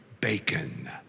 bacon